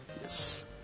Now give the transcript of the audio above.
Yes